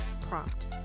prompt